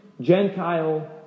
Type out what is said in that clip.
Gentile